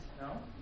No